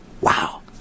Wow